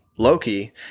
Loki